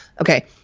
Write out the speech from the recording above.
Okay